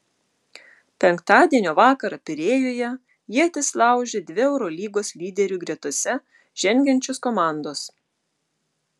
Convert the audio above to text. penktadienio vakarą pirėjuje ietis laužė dvi eurolygos lyderių gretose žengiančios komandos